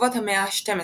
בסביבות המאה ה-12 לפנה"ס.